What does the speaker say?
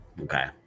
Okay